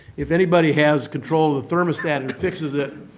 if anybody has control of the thermostat and fixes it,